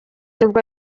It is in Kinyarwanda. nibwo